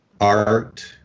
art